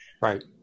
right